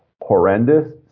horrendous